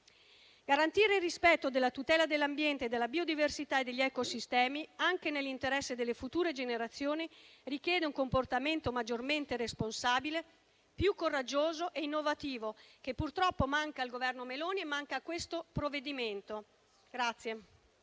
Garantire il rispetto della tutela dell'ambiente, della biodiversità e degli ecosistemi, anche nell'interesse delle future generazioni, richiede un comportamento maggiormente responsabile, più coraggioso e innovativo, che purtroppo manca al Governo Meloni e manca a questo provvedimento.